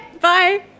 bye